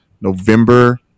November